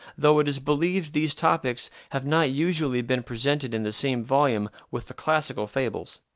though it is believed these topics have not usually been presented in the same volume with the classical fables.